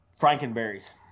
Frankenberries